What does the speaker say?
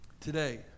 Today